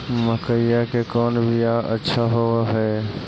मकईया के कौन बियाह अच्छा होव है?